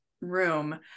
room